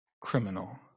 criminal